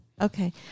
Okay